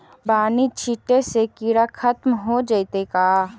बानि छिटे से किड़ा खत्म हो जितै का?